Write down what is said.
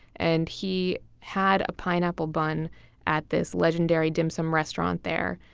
and he had a pineapple bun at this legendary dim sum restaurant there,